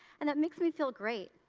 and that makes me feel great.